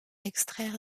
extraire